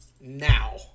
now